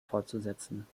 fortzusetzen